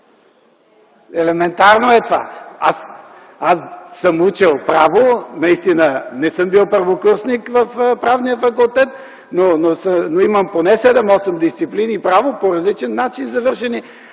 Елементарно е това. Аз съм учил право, наистина не съм бил първокурсник в Правния факултет, но имам поне 7-8 дисциплини право, завършени